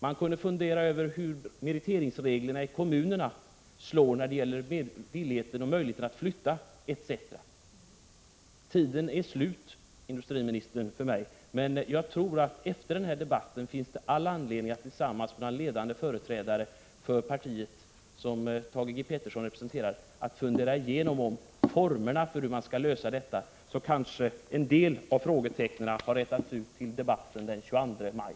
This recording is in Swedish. Han kunde fundera över hur meriteringsreglerna i kommunerna slår när det gäller villigheten och möjligheten att flytta etc. Min taletid är nu slut, men jag tror att det efter den här debatten finns all anledning för industriministern att tillsammans med några ledande företrä 9 dare för det parti som Thage Peterson representerar fundera igenom formerna för hur allt detta skall lösas, så att kanske en del frågetecken rätats ut till debatten den 22 maj.